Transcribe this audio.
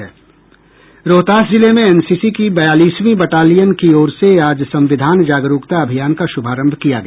रोहतास जिले में एनसीसी की बयालीसवीं बटालियन की ओर से आज संविधान जागरूकता अभियान का शुभारंभ किया गया